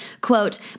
Quote